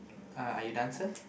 uh are you done sir